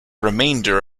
remainder